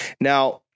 Now